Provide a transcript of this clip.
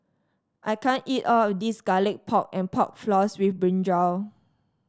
I can't eat all of this Garlic Pork and Pork Floss with brinjal